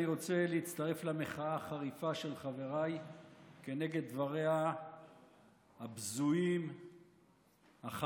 אני רוצה להצטרף למחאה החריפה של חבריי כנגד דבריה הבזויים והחריפים